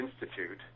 Institute